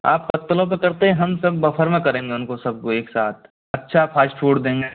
आप पत्तलों पे करते है हम सब बफर में करेंगे उनको सबको एक साथ अच्छा फास्ट फूड देंगे